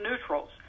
neutrals